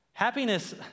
Happiness